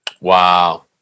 Wow